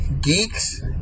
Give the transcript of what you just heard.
geeks